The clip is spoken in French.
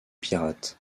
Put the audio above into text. pirates